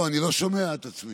אני לא שומע את עצמי.